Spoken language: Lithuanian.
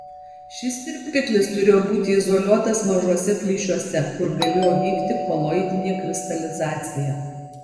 šis tirpiklis turėjo būti izoliuotas mažuose plyšiuose kur galėjo vykti koloidinė kristalizacija